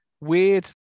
weird